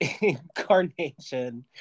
incarnation